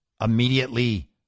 immediately